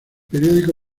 periódico